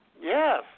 Yes